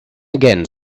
again